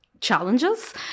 challenges